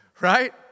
Right